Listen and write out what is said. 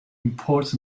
imports